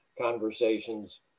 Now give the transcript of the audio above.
conversations